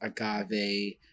agave